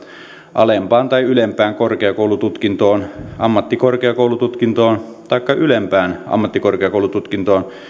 alempaan tai ylempään korkeakoulututkintoon ammattikorkeakoulututkintoon taikka ylempään ammattikorkeakoulututkintoon